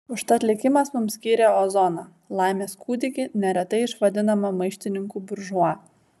užtat likimas mums skyrė ozoną laimės kūdikį neretai išvadinamą maištininku buržua